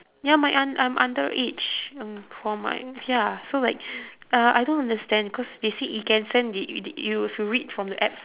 ya my un~ I'm underage um for mine ya so like uh I don't understand cause they said it can send if you read from the apps